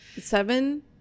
seven